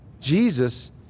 Jesus